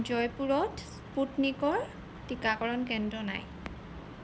জয়পুৰত স্পুটনিকৰ টীকাকৰণ কেন্দ্ৰ নাই